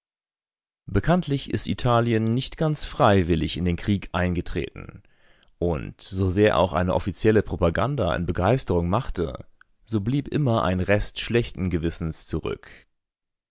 bekanntlich ist italien nicht ganz freiwillig in den krieg eingetreten und so sehr auch eine offizielle propaganda in begeisterung machte so blieb immer ein rest schlechten gewissens zurück